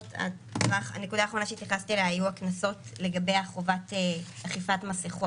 הנקודה האחרונה שהתייחסתי אליה היו הקנסות לגבי חובת אכיפת מסכות,